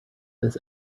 this